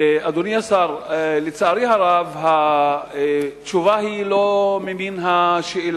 אדוני השר, לצערי הרב, התשובה היא לא ממין העניין.